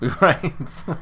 Right